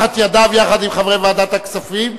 יחד עם חברי ועדת הכספים,